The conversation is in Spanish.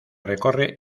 recorre